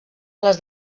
les